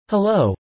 Hello